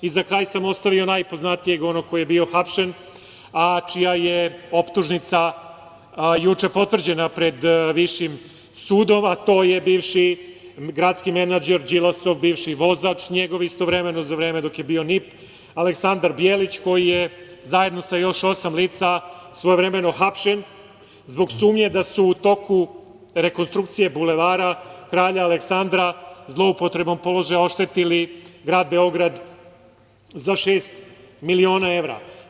Za kraj sam ostavio najpoznatijeg onog koji je bio hapšen, a čija je optužnica juče potvrđena pred Višim sudom, a to je bivši gradski menadžer Đilasov, bivši vozač njegov istovremeno za vreme dok je bio NIP, Aleksandar Bijelić, koji je zajedno sa još osam lica svojevremeno hapšen zbog sumnje da su u toku rekonstrukcije Bulevara Kralja Aleksandra, zloupotrebom položaja, oštetili Grad Beograd za šest miliona evra.